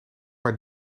maar